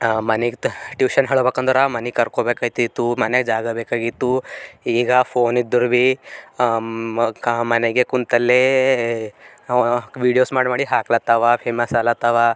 ಮನಿಗೆ ತ ಟ್ಯೂಷನ್ ಹೇಳ್ಬೇಕಂದರೆ ಮನಿಗೆ ಕರ್ಕೋಬೇಕಾಗ್ತಿತ್ತು ಮನೆಗೆ ಜಾಗ ಬೇಕಾಗಿತ್ತು ಈಗ ಫೋನ್ ಇದ್ದರು ಭಿ ಮ ಕ ಮನೆಗೆ ಕೂತಲ್ಲೇ ವೀಡಿಯೋಸ್ ಮಾಡಿ ಮಾಡಿ ಹಾಕ್ಲತ್ತಾವ ಫೇಮಸ್ ಆಗ್ಲತ್ತಾವ